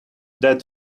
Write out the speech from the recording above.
that